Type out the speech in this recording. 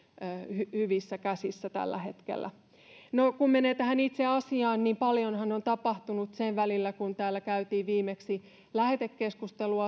hyvissä käsissä tällä hetkellä no kun menee tähän itse asiaan niin paljonhan on tapahtunut sen jälkeen kun täällä käytiin asiasta viimeksi lähetekeskustelu